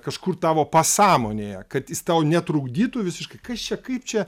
kažkur tavo pasąmonėje kad jis tau netrukdytų visiškai kas čia kaip čia